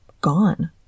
gone